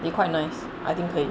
they quite nice I think 可以